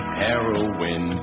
heroin